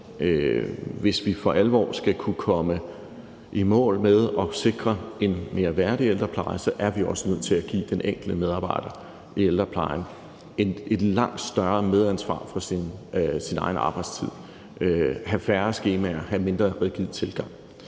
hvis vi for alvor skal kunne komme i mål med at sikre en mere værdig ældrepleje, er vi også nødt til at give den enkelte medarbejder i ældreplejen et langt større medansvar for sin egen arbejdstid, at have færre skemaer og at have en mindre rigid tilgang.